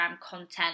content